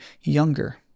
younger